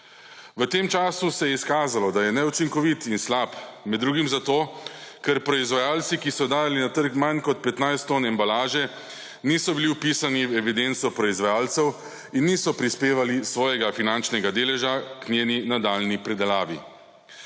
V tem času se je izkazalo, da je neučinkovit in slab, med drugim zato, ker proizvajalci, ki so dajali na trg manj kot 15 ton embalaže, niso bili vpisani v evidenco proizvajalcev in niso prispevali svojega finančnega deleža k njeni nadaljnji pridelavi.